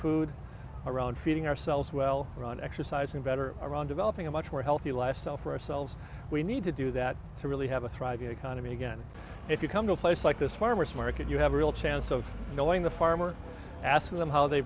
food around feeding ourselves well run exercising better around developing a much more healthy lifestyle for ourselves we need to do the that to really have a thriving economy again if you come to a place like this farmer's market you have a real chance of knowing the farmer asking them ho